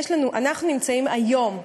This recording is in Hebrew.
אנחנו נמצאים היום,